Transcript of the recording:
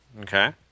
Okay